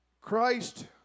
Christ